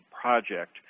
project